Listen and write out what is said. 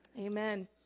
Amen